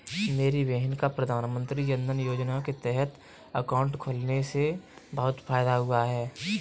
मेरी बहन का प्रधानमंत्री जनधन योजना के तहत अकाउंट खुलने से बहुत फायदा हुआ है